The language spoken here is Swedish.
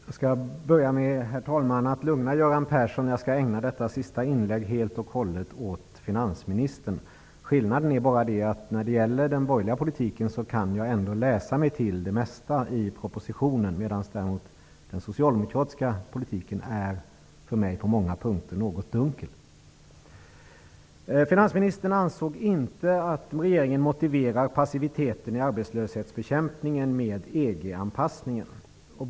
Herr talman! Jag skall börja med att lugna Göran Persson. Jag skall ägna detta sista inlägg helt och hållet åt finansministern. Skillnaden är bara att när det gäller den borgerliga politiken kan jag ändå läsa mig till det mesta i propositionen, medan däremot den socialdemokratiska politiken är för mig på många punkter något dunkel. Finansministern ansåg inte att regeringen motiverar passiviteten i arbetslöshetsbekämpningen med EG anpassningen.